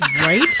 Right